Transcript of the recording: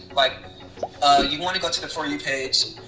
like ah you want to go to the for you page,